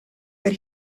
but